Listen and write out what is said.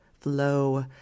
Flow